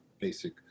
basic